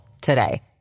today